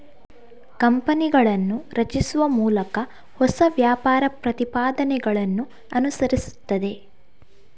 ಕಂಪನಿಗಳನ್ನು ರಚಿಸುವ ಮೂಲಕ ಹೊಸ ವ್ಯಾಪಾರ ಪ್ರತಿಪಾದನೆಗಳನ್ನು ಅನುಸರಿಸುತ್ತದೆ